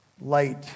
Light